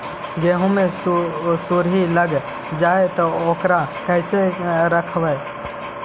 गेहू मे सुरही लग जाय है ओकरा कैसे रखबइ?